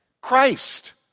Christ